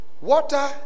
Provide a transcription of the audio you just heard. Water